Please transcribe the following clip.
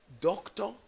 doctor